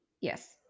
Yes